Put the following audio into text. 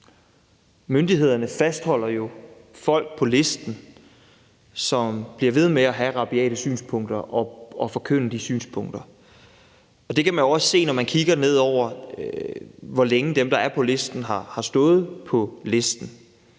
Myndighederne fastholder folk, som bliver ved med at have rabiate synspunkter og forkynde de synspunkter, på listen. Det kan man jo også se, når man kigger ned over listen og ser, hvor længe dem, der er på listen, har stået på listen.